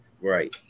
Right